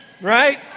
right